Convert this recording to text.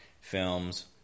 films